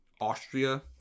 Austria